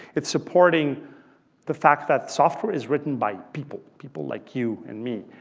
it's supporting the fact that software is written by people, people like you and me,